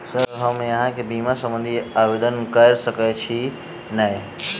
Sir हम अहाँ केँ बीमा संबधी आवेदन कैर सकै छी नै?